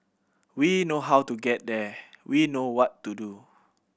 we know how to get there we know what to do